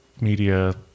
media